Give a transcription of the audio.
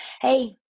Hey